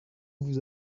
vous